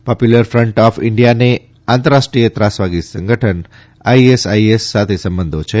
popular front of ઇન્ડિયાને આંતરરાષ્ટ્રીય ત્રાસવાદી સંગઠન ાડાડ સાથે સંબંધો છે